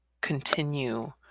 continue